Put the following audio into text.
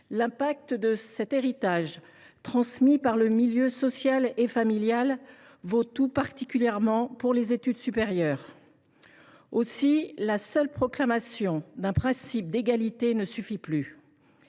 de cet héritage transmis par le milieu social et familial valent tout particulièrement pour les études supérieures. Aussi la seule proclamation du principe d’égalité ne suffit elle